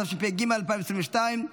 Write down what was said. התשפ"ג 2022,